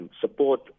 support